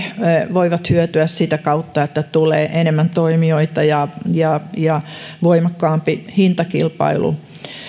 voivat hyötyä sitä kautta että tulee enemmän toimijoita ja ja voimakkaampi hintakilpailu